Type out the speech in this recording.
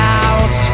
out